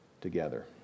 together